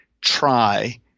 try